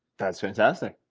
that's fantastic.